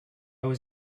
was